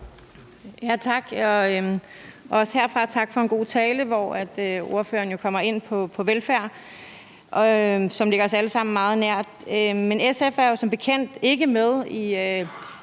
tak for en god tale, hvor ordføreren jo kommer ind på velfærd, som ligger os alle sammen meget nært. Men SF er jo som bekendt ikke med i